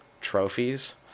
trophies